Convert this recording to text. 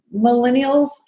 millennials